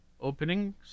openings